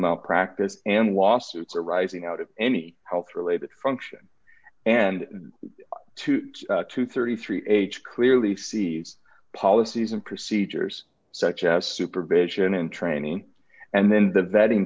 malpractise and lawsuits arising out of any health related function and two to thirty three age clearly sees policies and procedures such as supervision and training and then the vetting